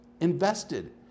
invested